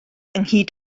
ynghyd